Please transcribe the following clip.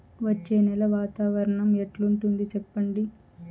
వచ్చే నెల వాతావరణం ఎట్లుంటుంది చెప్పండి?